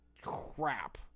crap